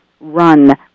run